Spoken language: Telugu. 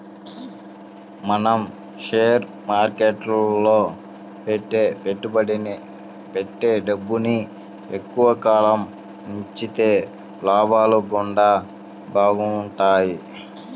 మనం షేర్ మార్కెట్టులో పెట్టే డబ్బుని ఎక్కువ కాలం ఉంచితే లాభాలు గూడా బాగుంటయ్